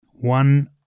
One